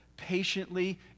patiently